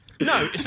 No